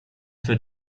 für